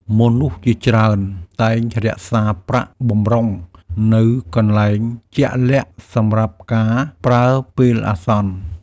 មនុស្សជាច្រើនតែងរក្សាប្រាក់បម្រុងនៅកន្លែងជាក់លាក់សម្រាប់ការប្រើពេលអាសន្ន។